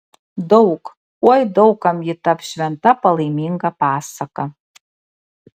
daug oi daug kam ji taps šventa palaiminga pasaka